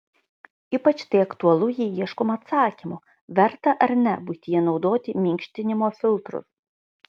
ypač tai aktualu jei ieškoma atsakymo verta ar ne buityje naudoti minkštinimo filtrus